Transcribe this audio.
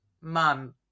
mom